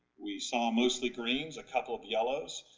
we saw mostly greens, a couple of yellows,